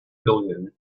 billion